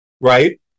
right